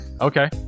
Okay